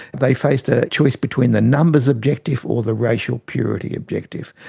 they faced a choice between the numbers objective or the racial purity objective.